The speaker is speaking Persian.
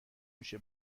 میشه